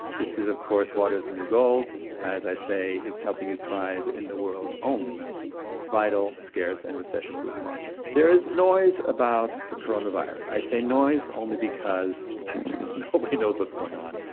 this is of course, water is the new gold. as i say, it's helping you thrive in the world's only vital, scarce, and recession-proof market. there is noise about the coronavirus. i say noise, only because nobody knows what's going on.